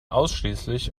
ausschließlich